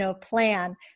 plan